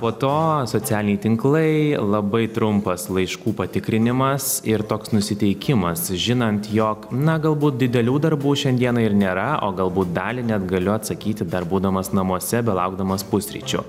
po to socialiniai tinklai labai trumpas laiškų patikrinimas ir toks nusiteikimas žinant jog na galbūt didelių darbų šiandieną ir nėra o galbūt dalį net galiu atsakyti dar būdamas namuose belaukdamas pusryčių